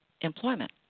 employment